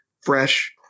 fresh